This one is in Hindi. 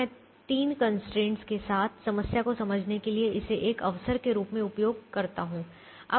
तो मैं 3 कंस्ट्रेंट्स के साथ समस्या को समझने के लिए इसे एक अवसर के रूप में उपयोग करता हूं